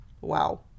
Wow